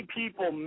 people